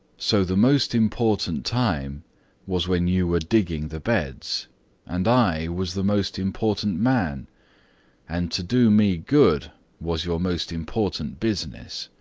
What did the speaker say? so the most important time was when you were digging the beds and i was the most important man and to do me good was your most important business.